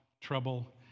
trouble